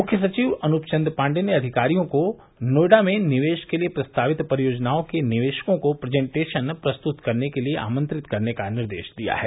मुख्य सचिव अनूप चन्द्र पाण्डेय ने अधिकारियों को नोएडा में निवेश के लिये प्रस्तावित परियोजनाओं के निवेशकों को प्रेजेन्टेशन प्रस्तुत करने के लिये आमंत्रित करने का निर्देश दिया है